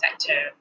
sector